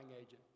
agent